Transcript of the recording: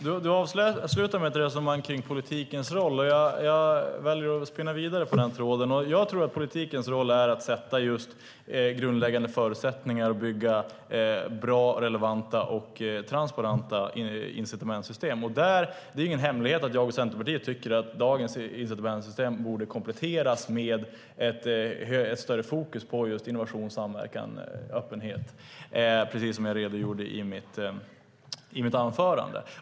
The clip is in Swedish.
Fru talman! Thomas Strand avslutade med ett resonemang om politikens roll. Jag väljer att spinna vidare på den tråden. Jag tror att politikens roll är att skapa grundläggande förutsättningar och bygga bra, relevanta och transparenta incitamentssystem. Det är ingen hemlighet att jag och Centerpartiet tycker att dagens incitamentssystem borde kompletteras med ett större fokus på innovation, samverkan och öppenhet, precis som jag redogjorde för i mitt anförande.